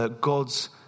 God's